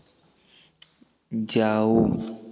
जाओ